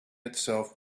itself